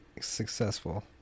successful